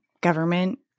government